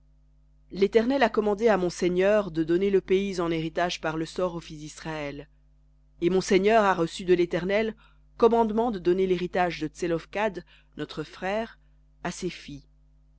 l'éternel a commandé à mon seigneur de donner le pays en héritage par le sort aux fils d'israël et mon seigneur a reçu de l'éternel commandement de donner l'héritage de tselophkhad notre frère à ses filles